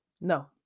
no